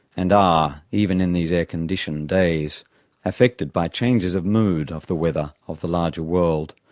and are, even in these air-conditioned days affected by changes of mood of the weather of the larger world,